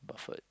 Buffet